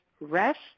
rest